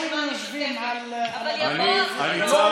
לא היינו יושבים על הדוכן הזה,